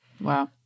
Wow